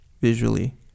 visually